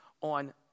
on